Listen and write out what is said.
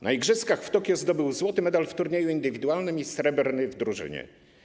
Na igrzyskach w Tokio zdobył złoty medal w turnieju indywidualnym i srebrny w drużynie.